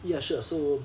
ya sure so